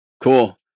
Cool